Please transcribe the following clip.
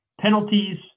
penalties